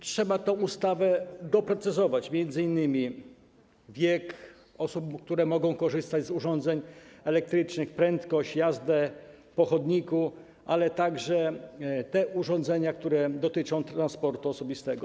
Trzeba tę ustawę doprecyzować, m.in. wiek osób, które mogą korzystać z urządzeń elektrycznych, prędkość, możliwość jazdy po chodniku, ale także to, co dotyczy tych urządzeniach, które dotyczą transportu osobistego.